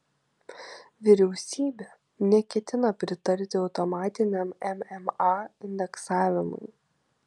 vyriausybė neketina pritarti automatiniam mma indeksavimui